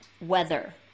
Weather